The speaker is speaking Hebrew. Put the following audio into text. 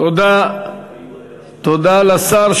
תודה לשר.